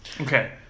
Okay